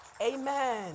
Amen